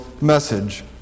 message